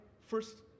first